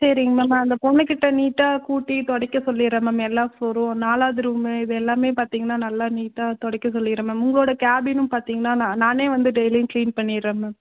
சரிங்க மேம் அந்த பொண்ணுகிட்டே நீட்டாக கூட்டி துடைக்க சொல்லிடுறேன் மேம் எல்லா ஃபுளோரும் நாலாவது ரூமு இது எல்லாமே பார்த்தீங்கன்னா நல்லா நீட்டாக துடைக்க சொல்லிடுறேன் மேம் உங்களோடய கேபினும் பார்த்தீங்கன்னா நான் நானே வந்து டெய்லியும் கிளீன் பண்ணிடுறேன் மேம்